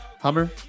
Hummer